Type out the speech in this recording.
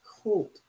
cold